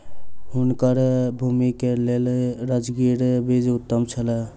हुनकर भूमि के लेल राजगिरा बीज उत्तम छल